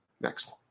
Next